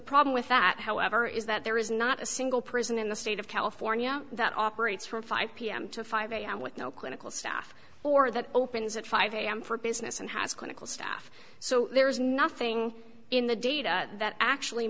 problem with that however is that there is no not a single prison in the state of california that operates from five pm to five am with no clinical staff or that opens at five am for business and has clinical staff so there is nothing in the data that actually